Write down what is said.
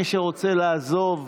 מי שרוצה לעזוב,